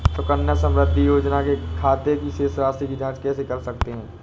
सुकन्या समृद्धि योजना के खाते की शेष राशि की जाँच कैसे कर सकते हैं?